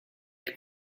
your